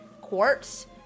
quartz